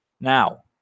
Now